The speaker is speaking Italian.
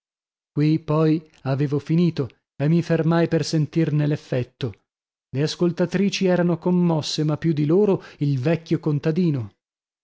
qui poi avevo finito e mi fermai per sentirne l'effetto le ascoltatrici erano commosse ma più di loro il vecchio contadino